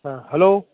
ꯍꯣꯏ ꯍꯜꯂꯣ